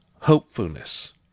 hopefulness